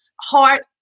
heart